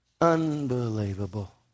Unbelievable